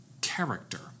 character